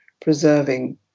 preserving